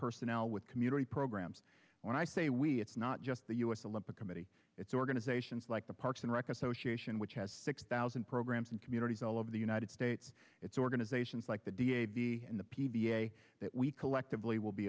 personnel with community programs when i say we it's not just the u s olympic committee it's organizations like parks and rec association which has six thousand programs and communities all over the united states it's organizations like the da be in the p v a that we collectively will be